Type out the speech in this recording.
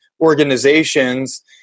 organizations